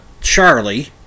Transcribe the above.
charlie